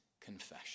confession